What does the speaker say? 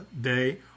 day